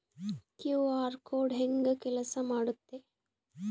QR code ಹೆಂಗ ಕೆಲಸ ಮಾಡುತ್ತೆ?